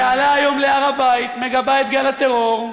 שעלה היום להר-הבית, מגבה את גל הטרור.